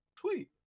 Sweet